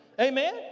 Amen